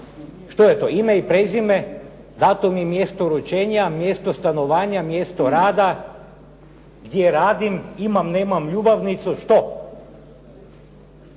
Što je to, ime i prezime? Datum i mjesto rođenja, mjesto stanovanja, mjesto rada? Gdje radim? Imam, nemam ljubavnicu? Što?